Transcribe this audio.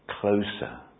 closer